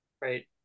right